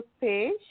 page